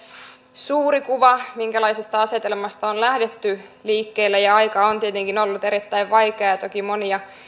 suuri kuva minkälaisesta asetelmasta on lähdetty liikkeelle aika on tietenkin ollut erittäin vaikea ja toki monia